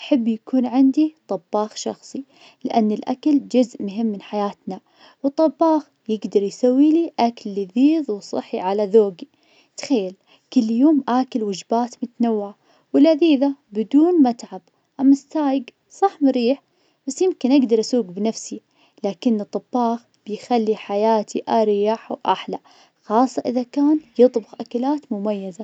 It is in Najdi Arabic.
أحب يكون عندي طباخ شخصي, لأن الأكل جزء مهم من حياتنا وطباخ يقدر يسويلي أكل لذيذ كثير وصحي على ذوقي, تخيل كل يوم آكل وجبات متنوعة, ولذيذة, بدون ما اتعب, أماالسايق صح مريح بس يمكن أقدر أسوق بنفسي, لكن الطباخ بيخلي حياتي أريح وأحلى, خاصة إذا كان يطبخ أكلات مميزة.